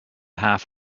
half